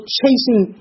chasing